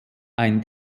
ein